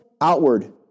outward